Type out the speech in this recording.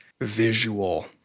visual